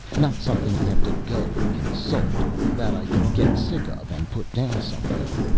not something i have to go and consult or that i can get sick of and put down somewhere.